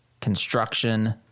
Construction